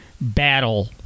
battle